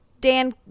Dan